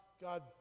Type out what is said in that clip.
God